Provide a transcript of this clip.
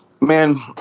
man